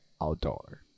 outdoor